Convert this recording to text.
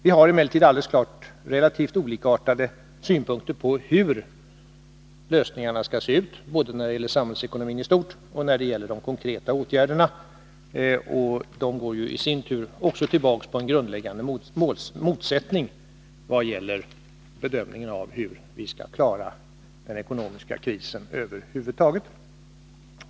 Vi har emellertid alldeles klart relativt olikartade synpunkter på hur lösningarna skall se ut, både när det gäller samhällsekonomin i stort och när det gäller de konkreta åtgärderna, och skillnaderna går ju i sin tur tillbaka på en grundläggande motsättning i fråga om bedömningen av hur vi skall klara den ekonomiska krisen över huvud taget.